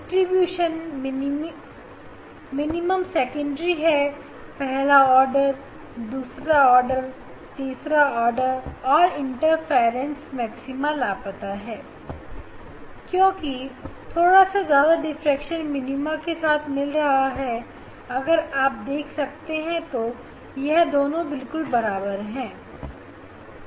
यह diffraction minimum secondary है पहला ऑर्डर दूसरा आर्डर तीसरा ऑर्डर और इंटरफेरेंस fringe इंटरफेरेंस मैक्सिमा लापता है क्योंकि थोड़ा या ज्यादा डिफ्रेक्शन मिनिमम के साथ मिल रहा है अगर आप देख सकते हैं तो यह दोनों बिल्कुल बराबर है हां